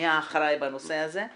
מי האחראי בנושא הזה,